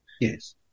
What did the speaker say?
Yes